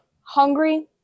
hungry